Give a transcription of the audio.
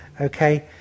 Okay